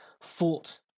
fought